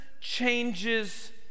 Changes